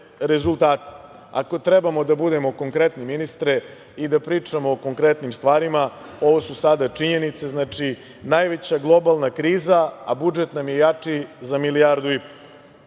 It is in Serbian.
rezultate. Ako trebamo da budemo konkretni ministre i da pričamo o konkretnim stvarima, ovo su sada činjenice. Znači, najveća globalna kriza, a budžet nam je jači za milijardu i po.